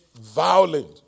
violent